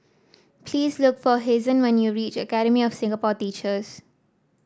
please look for Hazen when you reach Academy of Singapore Teachers